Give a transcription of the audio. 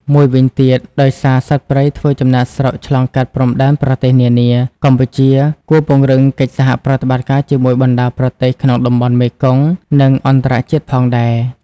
មួយវិញទៀត ដោយសារសត្វព្រៃធ្វើចំណាកស្រុកឆ្លងកាត់ព្រំដែនប្រទេសនានា កម្ពុជាគួរពង្រឹងកិច្ចសហប្រតិបត្តិការជាមួយបណ្ដាប្រទេសក្នុងតំបន់មេគង្គ និងអន្តរជាតិផងដែរ។